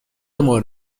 مورد